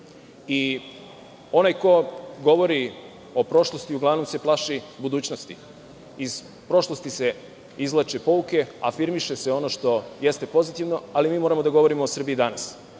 ko govori o prošlosti uglavnom se plaši budućnosti. Iz prošlosti se izvlače pouke i afirmiše se ono što jeste pozitivno, ali mi moramo da govorimo o Srbiji danas